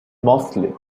mostly